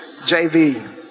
JV